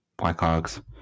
Blackhawks